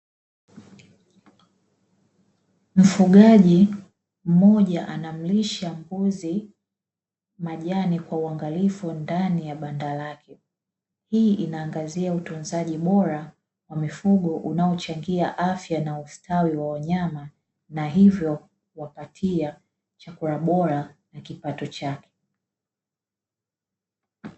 Mfugaji mmoja anamlisha mbuzi majani kwa uangalifu ndani ya banda lake. Hii inaangazia utunzaji bora wa mifugo unaochangia afya na ustawi wa wanyama na hivyo kuwapatia chakula bora na kipato chake.